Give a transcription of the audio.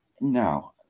no